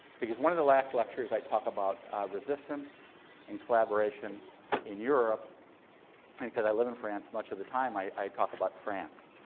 because one of the last lectures i talk about resistance and collaboration in europe, and because i live in france much of the time, i i talk about france.